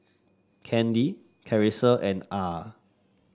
Kandi Karissa and Ah